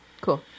Cool